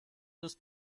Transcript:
los